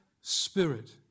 spirit